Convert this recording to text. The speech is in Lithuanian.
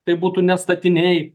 tai būtų ne statiniai